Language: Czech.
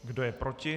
Kdo je proti?